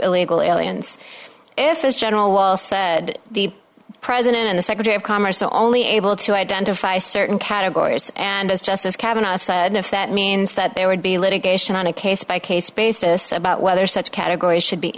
illegal aliens if as general wallace said the president and the secretary of commerce are only able to identify certain categories and as justice kavanagh said if that means that there would be litigation on a case by case basis about whether such categories should be